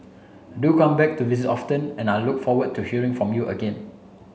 do come back to visit often and I look forward to hearing from you again